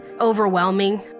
overwhelming